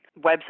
website